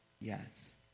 Yes